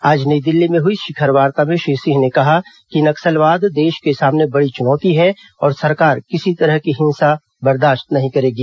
आज नई दिल्ली में हुए शिखर वार्ता में श्री सिंह ने कहा कि नक्सलवाद देश के सामने बड़ी चुनौती है और सरकार किसी तरह की हिंसा बर्दाश्त नहीं करेगी